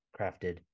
crafted